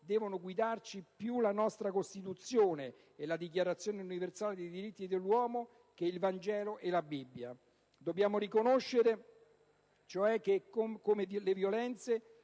devono guidarci più la nostra Costituzione e la Dichiarazione universale dei diritti dell'uomo che il Vangelo e la Bibbia. Dobbiamo riconoscere, cioè, come le violenze